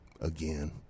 again